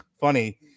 funny